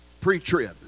pre-trib